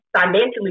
financially